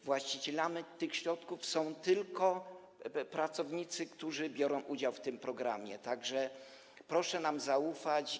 Właścicielami tych środków są pracownicy, którzy biorą udział w tym programie, tak że proszę nam zaufać.